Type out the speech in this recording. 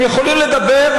הם יכולים לדבר,